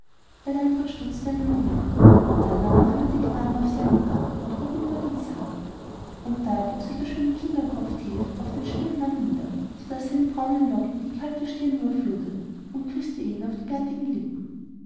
der landrat stutzte einen moment dann aber nahm er den knaben auf seinen arm und hob ihn über den sarg und da bog sich der schöne kinderkopf tief auf den stillen mann nieder so daß seine braunen locken die kalte stirn überfluteten und küßte ihn auf die bärtigen lippen